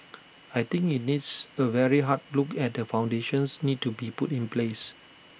I think IT needs A very hard look at the foundations need to be put in place